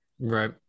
Right